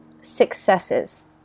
successes